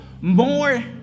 more